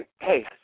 hey